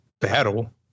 battle